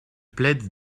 plaide